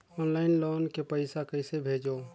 Online loan के पईसा कइसे भेजों?